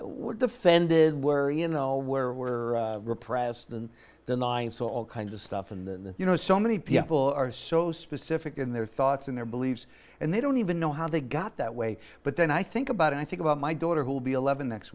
we're defended where you know where we're repressed and denying so all kinds of stuff in the you know so many people are so specific in their thoughts and their beliefs and they don't even know how they got that way but then i think about it i think about my daughter who will be eleven next